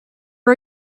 are